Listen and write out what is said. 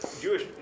Jewish